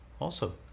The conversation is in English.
awesome